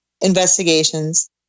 investigations